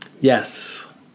Yes